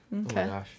okay